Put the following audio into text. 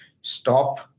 stop